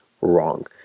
wrong